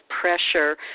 pressure